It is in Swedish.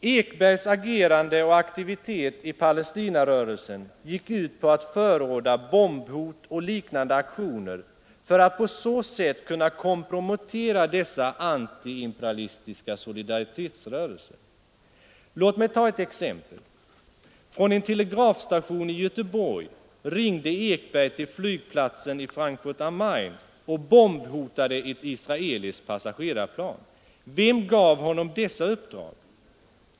Ekbergs agerande och aktivitet i Palestinarörelsen gick ut på att förorda bombhot och liknande aktioner för att kunna kompromettera dessa antiimperialistiska solidaritetsrörelser. Låt mig ta ett exempel. Från en telegrafstation i Göteborg ringde Ekberg till flygplatsen i Frankfurt am Main och bombhotade ett israeliskt passagerarplan. Vem gav honom dessa uppdrag?